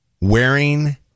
wearing